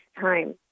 time